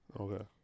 Okay